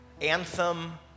anthem